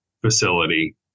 facility